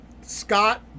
Scott